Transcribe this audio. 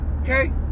okay